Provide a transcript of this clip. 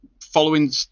following –